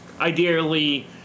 ideally